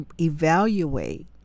evaluate